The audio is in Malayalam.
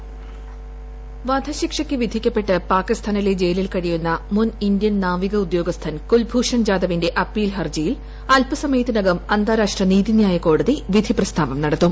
കുൽഭൂഷൺ ജാദവ് വോയിസ് വധശിക്ഷയ്ക്ക് വിധിക്കപ്പെട്ട് പാകിസ്ഥാനിലെ ജയിലിൽ കഴിയുന്ന മുൻ ഇന്ത്യൻ നാവിക ഉദ്യോഗസ്ഥൻ കുൽഭൂഷൺ ജാദവിന്റെ അപ്പീൽ ഹർജിയിൽ അല്പസമയത്തിനകം അന്താരാഷ്ട്ര നീതി ന്യായ കോടതി വിധി പ്രസ്താവം നടത്തും